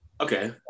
Okay